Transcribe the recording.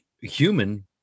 human